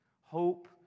Hope